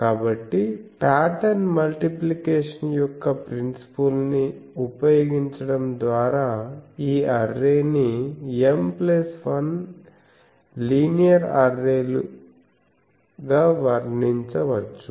కాబట్టి pattern multiplication యొక్క principle ని ఉపయోగించడం ద్వారా ఈ అర్రే ని M 1 లినియర్ అర్రే ల అర్రే గా వర్ణించవచ్చు